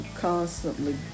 constantly